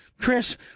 Chris